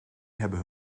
hebben